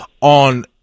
on